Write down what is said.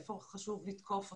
איפה חשוב לתקוף אותו,